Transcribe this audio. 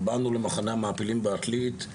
באנו למחנה המעפילים בעתלית,